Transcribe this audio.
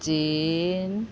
China